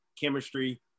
Chemistry